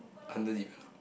under developed